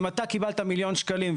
אם אתה קיבלת מיליון שקלים,